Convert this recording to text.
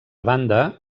banda